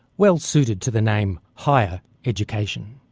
well suited to the name higher education.